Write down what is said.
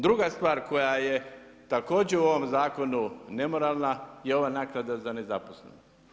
Druga stvar koja je također u ovom zakonu nemoralna je ova naknada za nezaposlene.